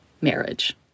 marriage